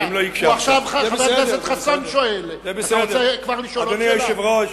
תנו לו הזדמנות לענות.